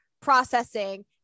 processing